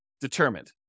determined